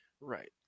Right